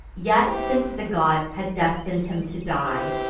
yet, since the gods had destin'd him to die,